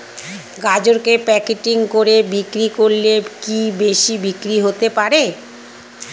গাজরকে প্যাকেটিং করে বিক্রি করলে কি বেশি বিক্রি হতে পারে?